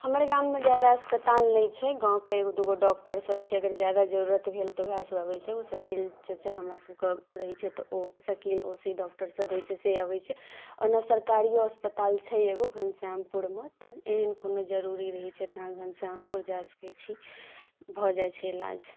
हमर गाममे ज्यादा अस्पताल नहि छै गामके एगो दूगो डॉक्टरसब छै अगर ज्यादा जरूरत भेल तऽ वएहसब अबै छै ओ साइकिल चचा हमरासबके रहै छै तऽ ओ साइकिल ओ से डॉक्टरसब रहै छै से अबै छै ओना सरकारिओ अस्पताल छै एगो घनश्यामपुर परमे तऽ एहन कोनो जरूरी रहै छै तऽ अहाँ घनश्यामपुर जा सकै छी भऽ जाइ छै इलाज